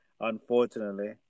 Unfortunately